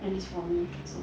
at least for me so